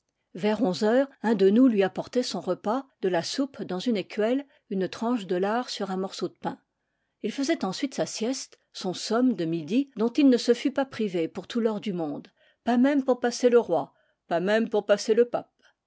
vers onze heures un de nous lui apportait son repas de la soupe dans une écuelle une tranche de lard sur un morceau de pain il faisait ensuite sa sieste son somme de midi dont il ne se fût pas privé pour tout l'or du monde pas même pour passer le roi pas même pour passer le pape